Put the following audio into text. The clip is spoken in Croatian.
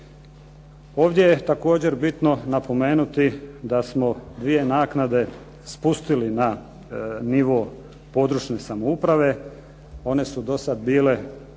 Ovdje je također bitno napomenuti da smo dvije naknade spustili na nivo područne samouprave. One su do sad bile